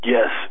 Yes